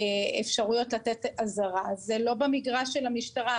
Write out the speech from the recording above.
אפשרויות לתת אזהרה, זה לא במגרש של המשטרה.